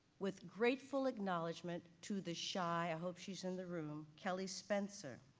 with grateful acknowledgement to the shy, i hope she's in the room, kelly spencer,